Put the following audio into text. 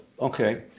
okay